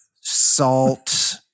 salt